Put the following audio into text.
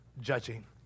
judging